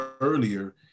earlier